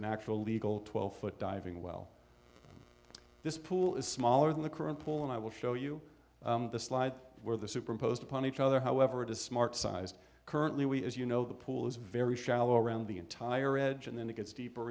an actual legal twelve foot diving well this pool is smaller than the current pool and i will show you the slide where the superimposed upon each other however it is smart sized currently is you know the pool is very shallow around the entire edge and then it gets deeper